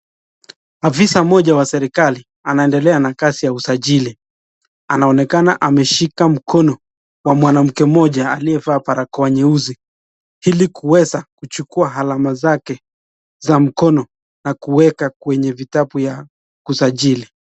Afisa moja wa serikali anaendelea na kazi ya usajili, anaonekana ameshika mkono wa mwanamke mmoja, aliyevaa barakoa nyeusi . Ili kuweza kuchukua alama zake za mkono na kuweka kwenye vitabu ya kusajili.